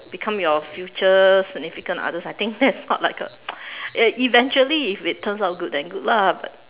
become your future significant others I think that's not like a eventually if it turns out good then good lah but